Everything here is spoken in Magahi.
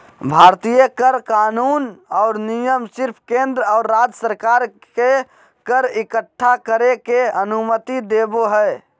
भारतीय कर कानून और नियम सिर्फ केंद्र और राज्य सरकार के कर इक्कठा करे के अनुमति देवो हय